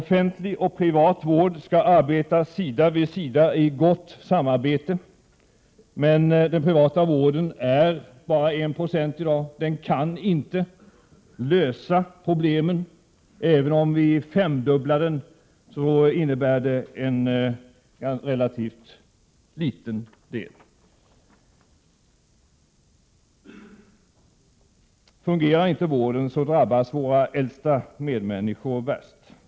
Offentlig och privat vård skall arbeta sida vid sida i gott samarbete. Men den privata vården är bara 1 96 i dag. Den kan inte lösa problemen. Även om vi femdubblar den, utgör den en relativt liten del. Fungerar inte vården, drabbas våra äldsta medmänniskor värst.